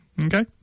okay